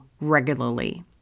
regularly